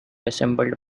assembled